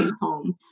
home